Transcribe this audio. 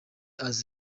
aze